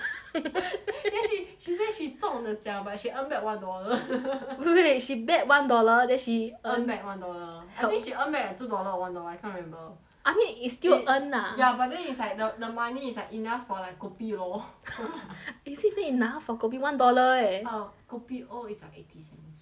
then she say she 中 the 奖 but she earn back one dollar wait wait wait she bet one dollar then she earn back one dollar help I think she earn back two dollar or one dollar I can't remember I mean it's still earn it lah ya but then is like th~ the money is like enough for like kopi loh eh is that enough one dollar leh kopi O is like eighty cents